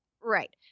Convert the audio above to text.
Right